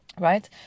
Right